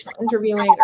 interviewing